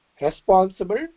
responsible